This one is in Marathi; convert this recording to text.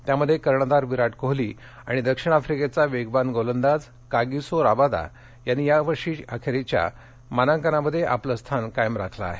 त्यामध्ये कर्णधार विराट कोहली आणि दक्षिण आफ्रिकेचा वेगवान गोलंदाज कागिसो राबादा यांनी वर्षअखेरीच्या या मानांकनामध्ये आपलं स्थान कायम राखलं आहे